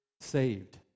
saved